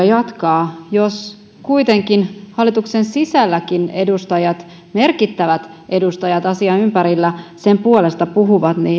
jatkaa jos kuitenkin hallituksen sisälläkin merkittävät edustajat asian ympärillä sen puolesta puhuvat